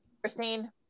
Christine